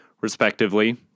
respectively